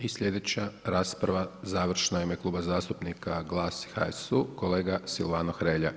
I slijedeća rasprava završna u ime Kluba zastupnika GLAS-a i HSU-a, kolega Silvano Hrelja.